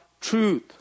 truth